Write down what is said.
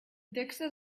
texas